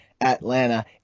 Atlanta